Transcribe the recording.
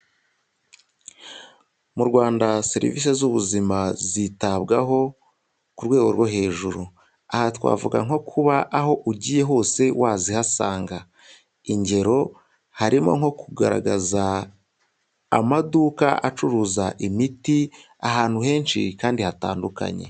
Mu Rwanda serivisi z'ubuzima zitabwaho ku rwego rwo hejuru. Aha twavuga nko kuba aho ugiye hose wazihasanga. Ingero harimo nko kugaragaza amaduka acuruza imiti, ahantu henshi kandi hatandukanye.